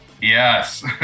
Yes